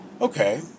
Okay